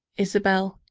isabel,